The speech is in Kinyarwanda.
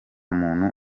muntu